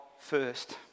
first